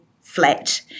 flat